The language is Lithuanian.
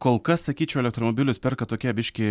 kol kas sakyčiau elektromobilius perka tokie biškį